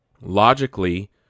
logically